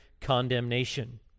condemnation